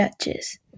judges